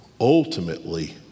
ultimately